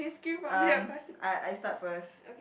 um I I start first